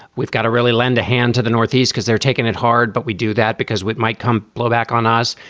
we've got to really lend a hand to the northeast because they're taking it hard. but we do that because it might come blow back on us.